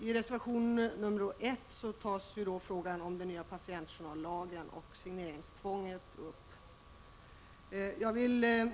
I reservation nr 1 tas frågan om den nya patientjournallagen och signeringstvånget upp.